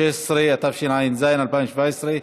התשע"ח 2017,